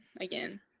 again